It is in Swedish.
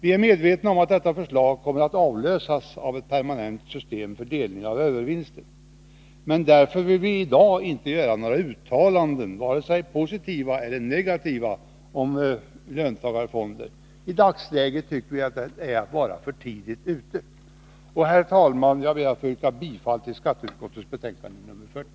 Vi är medvetna om att detta förslag kommer att avlösas av ett permanent system för delning av övervinster; därför vill vi i dag inte göra vare sig positiva eller negativa uttalanden om löntagarfonder. I dagsläget tycker vi att det är att vara för tidigt ute. Herr talman! Jag ber att få yrka bifall till hemställan i skatteutskottets betänkande nr 40.